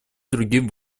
другим